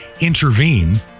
intervene